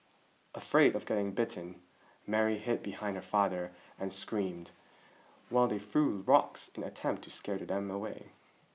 afraid of getting bitten Mary hid behind her father and screamed while they threw rocks in an attempt to scare them away